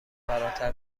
فراتر